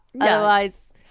Otherwise